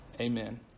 Amen